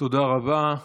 תודה רבה.